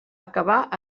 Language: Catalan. acabar